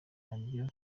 nabyo